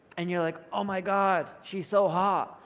and you're like, oh my god, she's so hot.